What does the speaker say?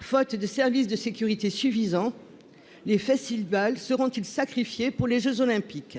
faute de services de sécurité suffisant les faciles valent seront-ils sacrifiés pour les Jeux olympiques.